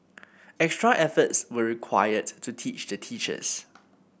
extra efforts were required to teach the teachers